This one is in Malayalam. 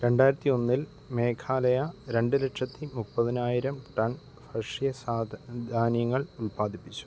രണ്ടായിരത്തി ഒന്നിൽ മേഘാലയ രണ്ട് ലക്ഷത്തി മുപ്പതിനായിരം ടൺ ഭക്ഷ്യ സാ ധാന്യങ്ങൾ ഉൽപ്പാദിപ്പിച്ചു